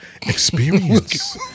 Experience